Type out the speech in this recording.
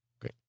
Great